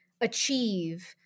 achieve